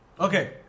Okay